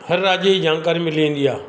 हर राज्य जी जानकारी मिली वेंदी आहे